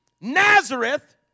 nazareth